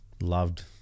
loved